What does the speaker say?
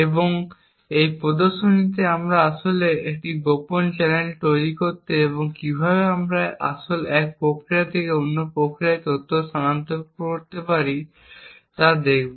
এবং এই প্রদর্শনীতে আমরা আসলে এমন একটি গোপন চ্যানেল তৈরি করতে এবং কীভাবে আমরা আসলে এক প্রক্রিয়া থেকে অন্য প্রক্রিয়ায় তথ্য স্থানান্তর করতে পারি তা দেখব